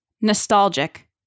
Nostalgic